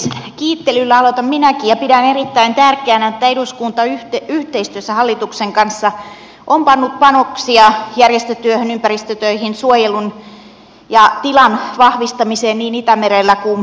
kiittelyllä aloitan minäkin ja pidän erittäin tärkeänä että eduskunta yhteistyössä hallituksen kanssa on pannut panoksia järjestötyöhön ympäristötöihin suojelun ja tilan vahvistamiseen niin itämerellä kuin metsissäkin